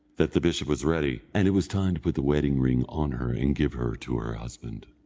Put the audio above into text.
that the bishop was ready, and it was time to put the wedding-ring on her and give her to her husband.